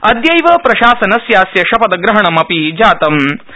अद्यैव प्रशासनस्यास्य शपथग्रहणमपि अभवत्